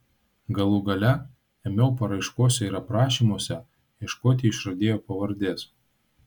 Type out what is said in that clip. galų gale ėmiau paraiškose ir aprašymuose ieškoti išradėjo pavardės